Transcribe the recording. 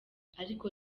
ariko